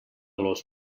los